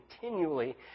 continually